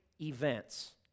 events